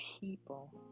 people